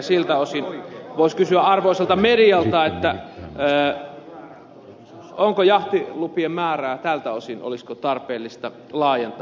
siltä osin voisi kysyä arvoisalta medialta olisiko jahtilupien määrää tältä osin tarpeellista laajentaa